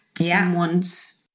someone's